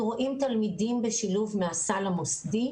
אנחנו רואים תלמידים בשילוב מהסל המוסדי.